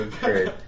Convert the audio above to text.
great